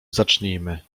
zacznijmy